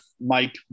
Mike